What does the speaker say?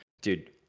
dude